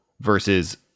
versus